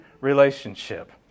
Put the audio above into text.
relationship